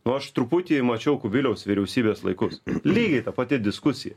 nu aš truputį mačiau kubiliaus vyriausybės laikus lygiai ta pati diskusija